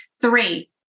Three